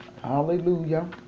Hallelujah